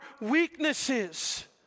weaknesses